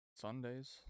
Sundays